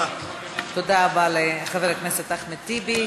תודה רבה לחבר הכנסת אחמד טיבי.